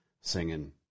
singing